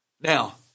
Now